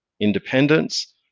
independence